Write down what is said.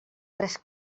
tres